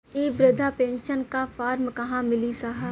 इ बृधा पेनसन का फर्म कहाँ मिली साहब?